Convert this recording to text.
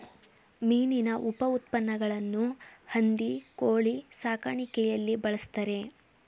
ಮೀನಿನ ಉಪಉತ್ಪನ್ನಗಳನ್ನು ಹಂದಿ ಕೋಳಿ ಸಾಕಾಣಿಕೆಯಲ್ಲಿ ಬಳ್ಸತ್ತರೆ